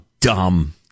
dumb